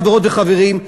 חברות וחברים,